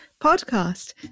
podcast